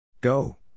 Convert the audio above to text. Go